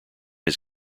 his